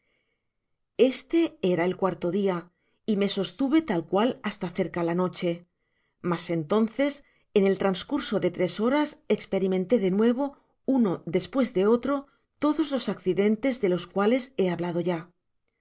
este era el cuarto dia y me sostuve tal cual hasta cerca la noche mas entonces en el transcurso de tres horas esperimenté de nuevo uno despues de otro todos los accidentes de los cuales he hablado ya